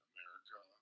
America